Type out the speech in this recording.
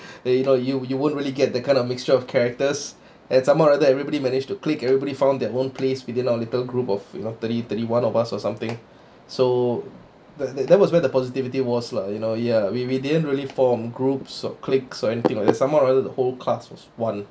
eh you know you you won't really get the kind of mixture of characters and some more that everybody managed to click everybody found their own place within our little group of you know thirty thirty one of us or something so that that was where the positivity was lah you know ya we we didn't really form groups or cliques or anything like that some more that the whole class was one